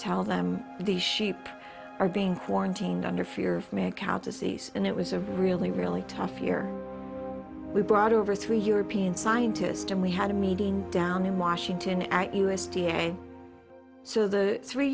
tell them these sheep are being quarantined under fear for mad cow disease and it was a really really tough year we brought over three european scientist and we had a meeting down in washington at u s d a so the three